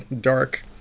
dark